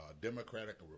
Democratic